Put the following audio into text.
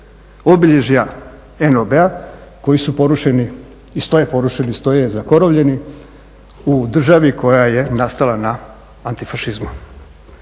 obilježja NOB-a koji su porušeni i stoje porušeni, stoje zakorovljeni u državi koja je nastala na antifašizmu,